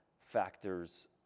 factors